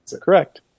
Correct